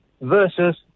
versus